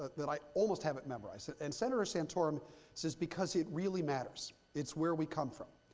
that i almost have it memorized. and senator santorum says, because it really matters. it's where we come from.